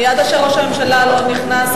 עד אשר ראש הממשלה לא נכנס,